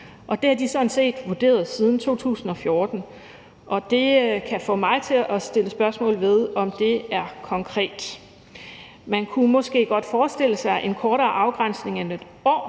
Det har de sådan set vurderet siden 2014, og det kan få mig til at sætte spørgsmålstegn ved, om det er konkret. Man kunne måske godt forestille sig en kortere afgrænsning end 1 år,